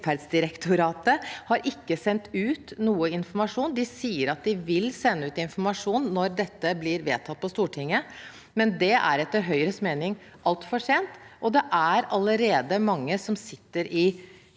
velferdsdirektoratet har ikke sendt ut noe informasjon. De sier at de vil sende ut informasjon når dette blir vedtatt på Stortinget, men det er etter Høyres mening altfor sent. Det er allerede mange som sitter i